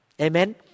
Amen